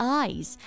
eyes